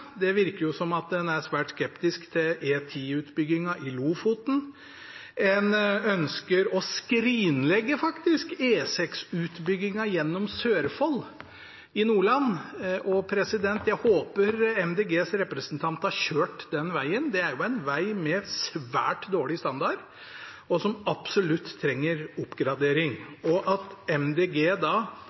Det virker som en er svært skeptisk til E10-utbyggingen i Lofoten, og en ønsker faktisk å skrinlegge E6-utbyggingen gjennom Sørfold i Nordland. Jeg håper Miljøpartiet De Grønnes representant har kjørt denne vegen. Det er en veg med svært dårlig standard som absolutt trenger oppgradering. At Miljøpartiet De Grønne foreslår at